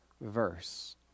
verse